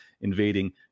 invading